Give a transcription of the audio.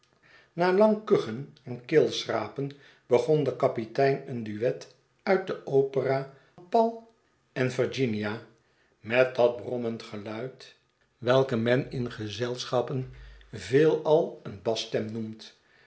na lang kuchen en keelschrapen begon de kapitein een duet uit de opera paul en virginia met dat brommend geluid hetwelk men in gezelschappen veelal eene basstem noemt